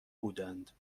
بودند